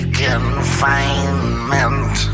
confinement